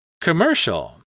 Commercial